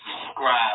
subscribe